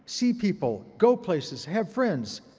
see people. go places. have friends.